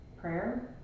prayer